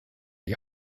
die